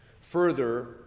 Further